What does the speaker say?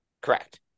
Correct